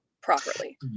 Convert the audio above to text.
properly